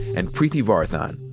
and preeti varathan.